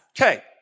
Okay